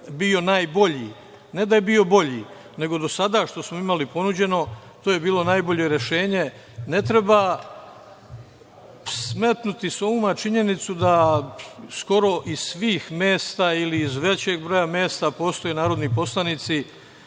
bio najbolji, ne da je bio bolji, nego do sada što smo imali ponuđeno to je bilo najbolje rešenje. Ne treba smetnuti sa uma činjenicu da skoro iz svih mesta ili iz većeg broja mesta postoje narodni poslanici